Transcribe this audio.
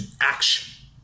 action